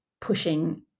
pushing